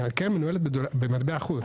כי הקרן מנוהלת במטבע חוץ.